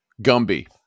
Gumby